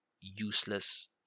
useless